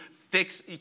fix